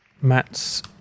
Matt's